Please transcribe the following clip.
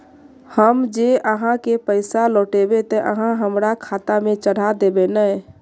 हम जे आहाँ के पैसा लौटैबे ते आहाँ हमरा खाता में चढ़ा देबे नय?